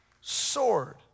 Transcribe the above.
sword